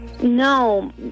No